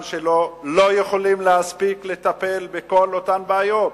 שלו לא יכולים להספיק לטפל בכל אותן בעיות,